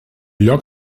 lloc